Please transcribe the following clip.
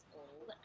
old